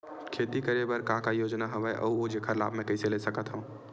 खेती करे बर का का योजना हवय अउ जेखर लाभ मैं कइसे ले सकत हव?